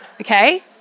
okay